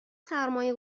سرمایه